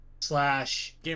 slash